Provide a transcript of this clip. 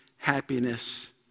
Happiness